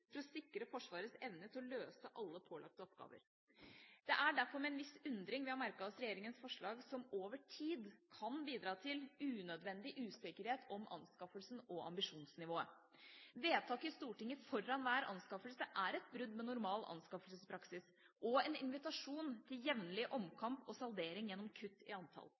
for å sikre Forsvarets evne til å løse alle pålagte oppgaver. Det er derfor med en viss undring vi har merket oss regjeringas forslag som over tid kan bidra til unødvendig usikkerhet om anskaffelsen og ambisjonsnivået. Vedtak i Stortinget foran hver anskaffelse er et brudd med normal anskaffelsespraksis, og en invitasjon til jevnlig omkamp og saldering gjennom kutt i antall.